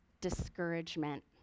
discouragement